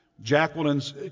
Jacqueline's